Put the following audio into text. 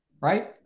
right